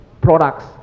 products